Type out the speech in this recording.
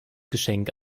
geschenk